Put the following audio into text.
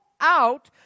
out